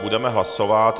Budeme hlasovat...